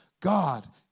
God